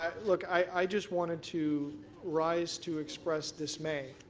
ah look, i just wanted to rise to express dismay.